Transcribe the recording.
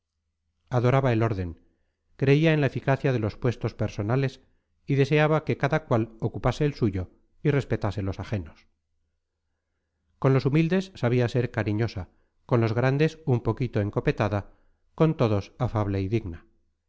adoraba el orden creía en la eficacia de los puestos personales y deseaba que cada cual ocupase el suyo y respetase los ajenos con los humildes sabía ser cariñosa con los grandes un poquito encopetada con todos afable y digna